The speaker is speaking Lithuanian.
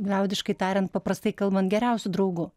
liaudiškai tariant paprastai kalbant geriausiu draugu